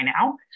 now